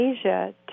Asia